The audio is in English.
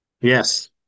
Yes